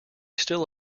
still